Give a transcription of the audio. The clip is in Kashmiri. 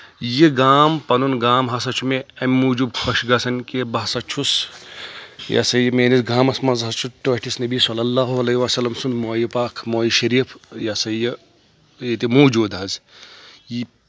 یہِ گام پنُن گام ہسا چھُ مےٚ اَمہِ موٗجوٗب خۄش گژھان کہِ بہٕ ہسا چھُس یہِ ہسا یہِ میٲنِس گامس منٛز ہسا چھُ ٹٲٹھِس نبی صلی اللہُ وسلم سُنٛد مٲیہِ پاک موۓ شریٖف یہِ ہسا یہِ ییٚتہِ موٗجوٗد حظ یہِ